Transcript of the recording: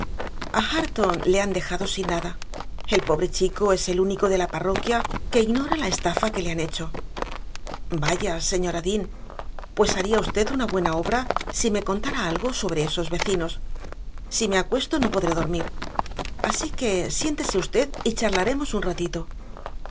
hareton le han dejado sin nada el pobre chico es el único de la parroquia que ignora la estafa que le han hecho vaya señora dean pues haría usted una buena obra si me contara algo sobre esos vecinos si me acuesto no podré dormir así que siéntese usted y charlaremos un ratito